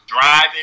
driving